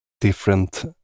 Different